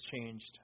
changed